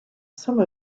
some